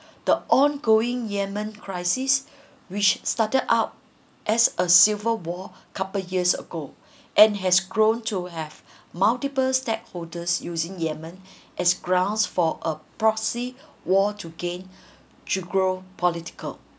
the ongoing yemen crisis which started out as a civil war couple years ago and has grown to have multiple stakeholders using yemen as grounds for a proxy war to gain to grow political